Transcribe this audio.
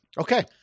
okay